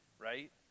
right